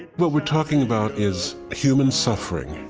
what we're talking about is human suffering,